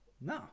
No